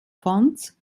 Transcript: fonds